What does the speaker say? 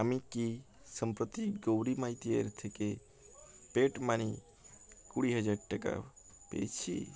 আমি কি সম্প্রতি গৌরী মাইতির থেকে পেটিএম মানি কুড়ি হাজার টাকা পেয়েছি